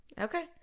Okay